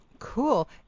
Cool